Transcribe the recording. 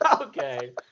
okay